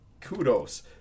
kudos